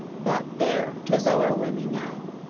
but there, tis over wi me now.